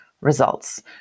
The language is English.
results